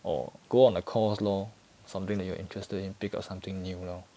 or go on a course lor something that you're interested in pick up something new lor